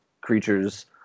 creatures